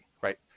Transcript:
right